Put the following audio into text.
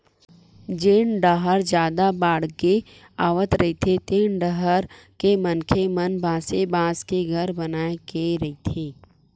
जेन डाहर जादा बाड़गे आवत रहिथे तेन डाहर के मनखे मन बासे बांस के घर बनाए के रहिथे